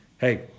Hey